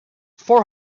four